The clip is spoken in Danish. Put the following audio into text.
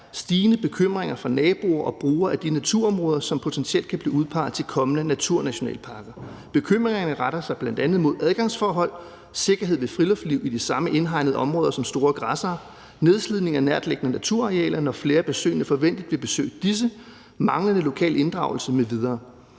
stigende bekymringer fra naboer til og brugere af de naturområder, som potentielt kan blive udpeget til kommende naturnationalparker. Bekymringerne retter sig bl.a. mod adgangsforhold, sikkerhed ved friluftsliv i de samme indhegnede områder som store græssere, nedslidning af nærtliggende naturarealer, når flere besøgende forventeligt vil besøge disse, manglende lokal inddragelse m.v.